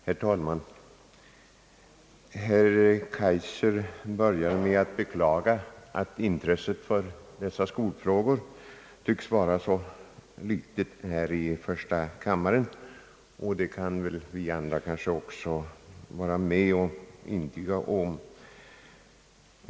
Herr talman! Herr Kaijser började med att beklaga att intresset för dessa skolfrågor tycks vara ringa här i första kammaren, och det kan väl även vi andra instämma i.